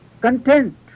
content